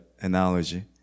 analogy